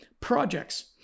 projects